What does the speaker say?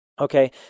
Okay